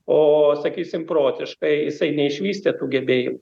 o sakysim protiškai jisai neišvystė tų gebėjimų